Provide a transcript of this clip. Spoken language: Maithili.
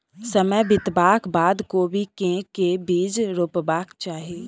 समय बितबाक बाद कोबी केँ के बीज रोपबाक चाहि?